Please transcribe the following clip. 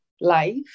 life